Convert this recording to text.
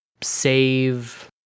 save